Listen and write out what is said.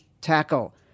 tackle